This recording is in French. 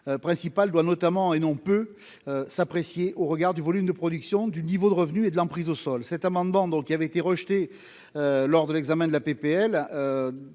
principal doit notamment et non peut s'apprécier au regard du volume de production du niveau de revenu et de l'emprise au sol, cet amendement, donc il avait été rejetée lors de l'examen de la PPL